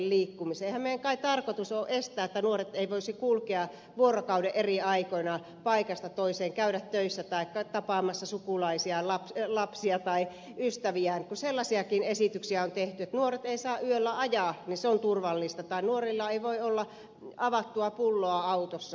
eihän kai meidän tarkoitus ole estää että nuoret voisivat kulkea vuorokauden eri aikoina paikasta toiseen käydä töissä tai tapaamassa sukulaisia lapsia tai ystäviään kun sellaisiakin esityksiä on tehty että nuoret eivät saa yöllä ajaa se on turvallista tai nuorilla ei voi olla avattua pulloa autossa